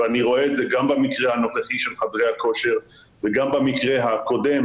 אני רואה את זה גם במקרה הנוכחי של חדרי הכושר וגם במקרה הקודם